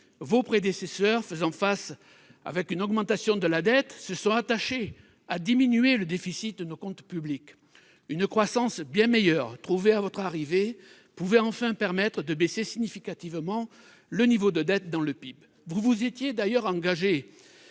vos prédécesseurs, faisant face à une augmentation de la dette, se sont attachés à diminuer le déficit de nos comptes publics. La bien meilleure croissance que vous avez trouvée à votre arrivée pouvait enfin permettre de baisser significativement le niveau de la dette en pourcentage du PIB. Vous vous y étiez d'ailleurs engagés.